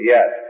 Yes